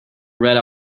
red